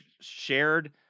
shared